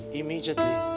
immediately